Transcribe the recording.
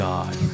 God